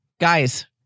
guys